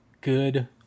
Good